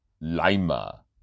Lima